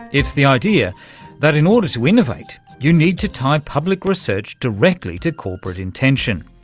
it's the idea that in order to innovate you need to tie public research directly to corporate intention.